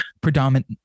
predominant